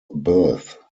birth